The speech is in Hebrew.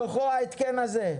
מתוכם ההתקן הזה.